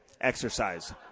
exercise